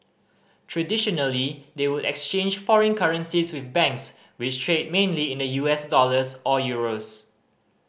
traditionally they would exchange foreign currencies with banks which trade mainly in the U S dollars or euros